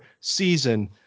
season